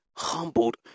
humbled